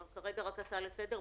כרגע אני רק מציעה הצעה לסדר.